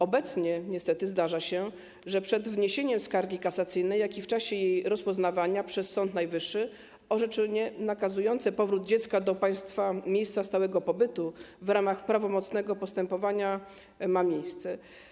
Obecnie niestety zdarza się, że przed wniesieniem skargi kasacyjnej, jak i w czasie jej rozpoznawania przez Sąd Najwyższy, orzeczenie nakazujące powrót dziecka do państwa miejsca stałego pobytu w ramach prawomocnego postępowania ma miejsce.